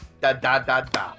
Da-da-da-da